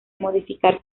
modificar